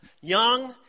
young